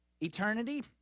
Eternity